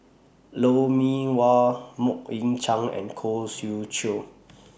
Lou Mee Wah Mok Ying Jang and Khoo Swee Chiow